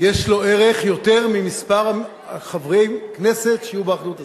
יש לו ערך יותר מלמספר חברי הכנסת שיהיו באחדות הזו.